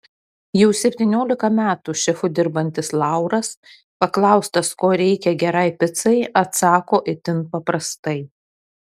jau septyniolika metų šefu dirbantis lauras paklaustas ko reikia gerai picai atsako itin paprastai